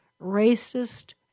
racist